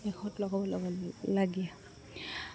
লেখত ল'বলগীয়া